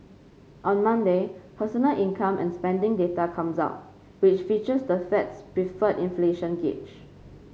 on Monday personal income and spending data comes out which features the Fed's preferred inflation gauge